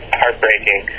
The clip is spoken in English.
heartbreaking